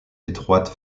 étroite